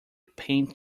paint